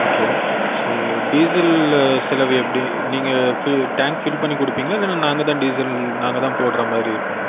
okay so diesel செலவு எப்படி நீங்கள் டேங்க் ஃபில் பண்ணி கொடுப்பீங்களா இல்லை நாங்கள் தான் டீசல் நாங்கள் தான் போடுகிற மாதிரி இருக்குமா